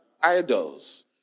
idols